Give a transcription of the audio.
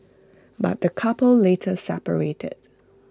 but the couple later separated